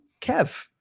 Kev